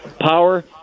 power